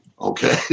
okay